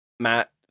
Matt